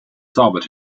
sobered